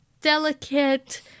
delicate